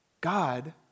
God